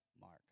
Mark